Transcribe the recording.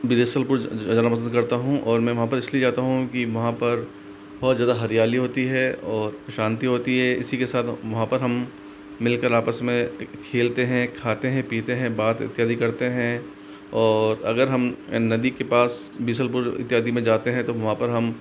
बिजसलपुर जाना पसंद करता हूँ और मैं वहाँ पर जाना इसलिए जाता हूँ क्योंकि वहां पर बहुत ज़्यादा हरियाली होती है और शांति होती हैं इसी के साथ वहाँ पर हम मिलकर आपस में खेलते हैं खाते हैं पीते हैं बात इत्यादि करते हैं और अगर हम नदी के पास बीसलपुर इत्यादि में जाते हैं तो वहां पर हम